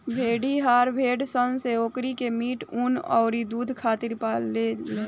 भेड़िहार भेड़ सन से ओकनी के मीट, ऊँन अउरी दुध खातिर पाले लेन